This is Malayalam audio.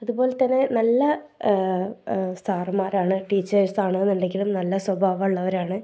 അതുപോലെ തന്നെ നല്ല സാറന്മാരാണ് ടീച്ചേഴ്സാണെന്നുണ്ടെങ്കിലും നല്ല സ്വഭാവം ഉള്ളവരാണ്